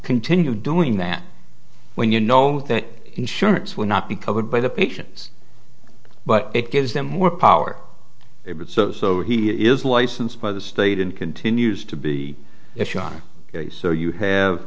continue doing that when you know that insurance will not be covered by the patients but it gives them more power if it so so he is licensed by the state and continues to be issue on so you have